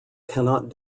cannot